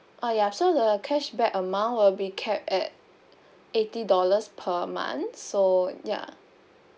uh ya so the cashback amount will be capped at eighty dollars per month so ya